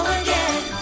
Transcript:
again